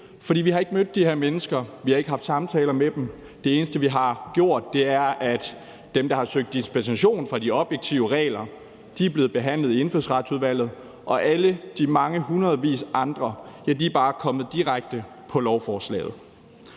vi har ikke mødt de her mennesker; vi har ikke haft samtaler med dem. Det eneste, der er sket, er, at de ansøgninger, hvor der er søgt om dispensation fra de objektive regler, er blevet behandlet i Indfødsretsudvalget, og alle de mange hundrede andre er bare kommet direkte på lovforslaget.